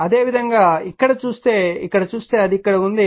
అదేవిధంగా ఇక్కడ చూస్తే ఇక్కడ చూస్తే అది ఇక్కడ ఉంది